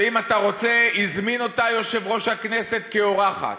שאם אתה רוצה, הזמין אותה יושב-ראש הכנסת כאורחת.